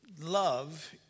Love